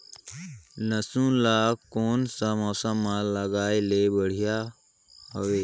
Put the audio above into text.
लसुन ला कोन सा मौसम मां लगाय ले बढ़िया हवे?